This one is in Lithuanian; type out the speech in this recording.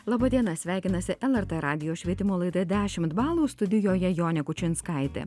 laba diena sveikinasi lrt radijo švietimo laida dešimt balų studijoje jonė kučinskaitė